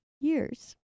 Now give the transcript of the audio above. years